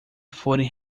forem